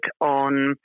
on